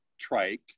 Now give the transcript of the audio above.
Trike